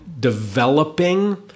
Developing